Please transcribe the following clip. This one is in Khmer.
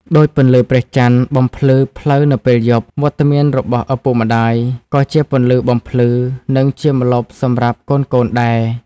ដូចពន្លឺព្រះចន្ទបំភ្លឺផ្លូវនៅពេលយប់ វត្តមានរបស់ឪពុកម្តាយក៏ជាពន្លឺបំភ្លឺ និងជាម្លប់សម្រាប់កូនៗដែរ។